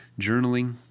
journaling